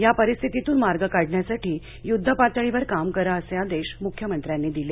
या परिस्थितीतून मार्ग काढण्यासाठी युध्दपातळीवर काम करा असे आदेश म्ख्यमंत्र्यांनी दिले